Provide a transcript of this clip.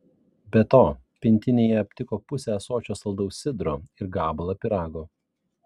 be to pintinėje aptiko pusę ąsočio saldaus sidro ir gabalą pyrago